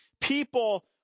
people